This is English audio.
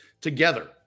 together